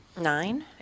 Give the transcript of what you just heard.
Nine